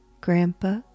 Grandpa